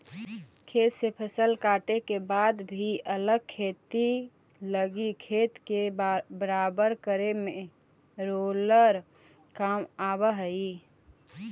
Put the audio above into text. खेत से फसल काटे के बाद भी अगला खेती लगी खेत के बराबर करे में रोलर काम आवऽ हई